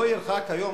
לא ירחק היום,